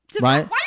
right